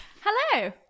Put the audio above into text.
Hello